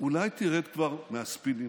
אולי תרד כבר מהספינים?